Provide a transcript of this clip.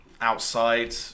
outside